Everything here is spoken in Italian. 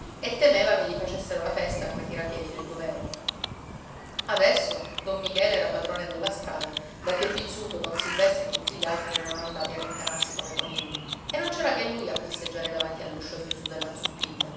e temeva che gli facessero la festa come tirapiedi del governo adesso don michele era padrone della strada dacché pizzuto don silvestro e tutti gli altri erano andati a rintanarsi come conigli e non c'era che lui a passeggiare davanti all'uscio chiuso della